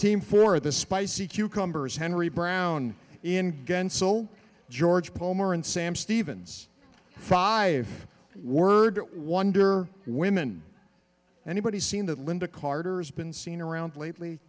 team for the spicy cucumber is henry brown in gun so george palmer and sam stevens five word wonder women anybody seen that linda carter's been seen around lately